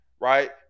right